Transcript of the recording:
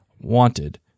wanted